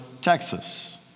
Texas